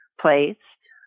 placed